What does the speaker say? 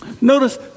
Notice